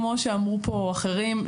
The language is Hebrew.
כמו שאמרו פה אחרים,